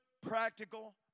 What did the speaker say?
practical